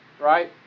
right